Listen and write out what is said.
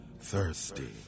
thirsty